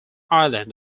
island